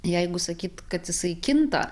jeigu sakyt kad jisai kinta